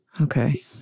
Okay